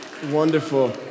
Wonderful